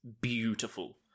beautiful